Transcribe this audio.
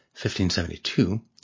1572